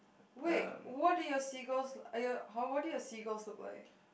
wait what do your seagulls are your how what do your seagulls look like